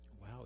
Wow